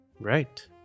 Right